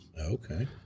Okay